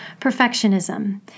perfectionism